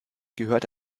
gehört